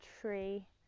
tree